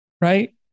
Right